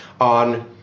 on